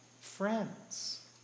friends